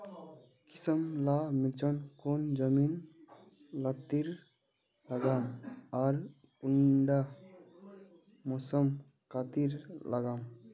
किसम ला मिर्चन कौन जमीन लात्तिर लगाम आर कुंटा मौसम लात्तिर लगाम?